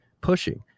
pushing